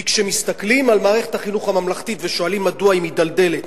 כי כשמסתכלים על מערכת החינוך הממלכתית ושואלים מדוע היא מידלדלת,